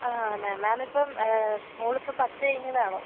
അ ma'am ma'am ഇപ്പം മോള് ഇപ്പോൾ പത്ത് കഴിഞ്ഞതാണോ